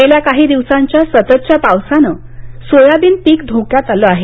गेल्या काही दिवसाच्या सततच्या पावसाने सोयबीन पिक धोक्यात आल आहे